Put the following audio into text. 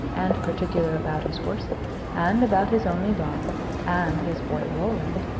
and particular about his horses, and about his only daughter and his boy roland,